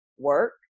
Work